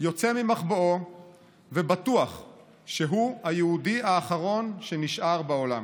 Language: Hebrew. יוצא ממחבואו ובטוח שהוא היהודי האחרון שנשאר בעולם.